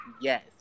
yes